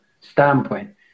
standpoint